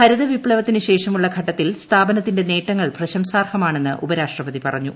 ഹരിത വിപ്ലവത്തിന് ശേഷമുള്ള ഘട്ടത്തിൽ സ്ഥാപനത്തിന്റെ ദൃദ്യനേട്ടങ്ങൾ പ്രശംസാർഹ മാണെന്ന് ഉപരാഷ്ട്രപതി പറഞ്ഞു